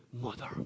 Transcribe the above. mother